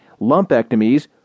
lumpectomies